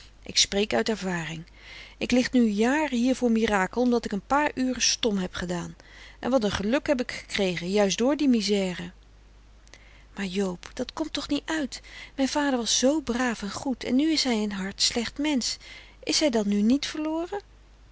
ik spreek uit ervaring ik lig nu jaren hier voor mirakel omdat ik een paar uren stom heb gedaan en wat n geluk heb ik gekrege juist door die misère maar joob dat komt toch niet uit mijn vader was zoo braaf en goed en nu is hij een hard slecht mensch is hij dan nu niet verlore